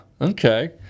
Okay